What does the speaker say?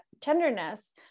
tenderness